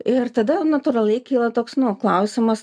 ir tada natūraliai kyla toks nu klausimas